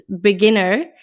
beginner